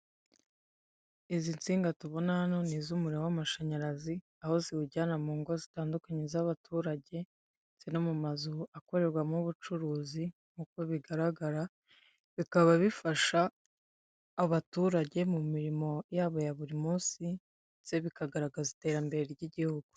Izi nsinga tubona hano ni iz'umuriro w'amashanyarazi, aho ziwujyana mu ngo zitandukanye z'abaturage, ziri mu mazu akorerwamo ubucuruzi nk'uko bigaragara, bikaba bifasha abaturage mu mirimo yabo ya buri munsi ndetse bikagaragaza iterambere ry'igihugu.